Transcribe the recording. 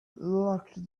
locked